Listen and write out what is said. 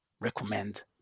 recommend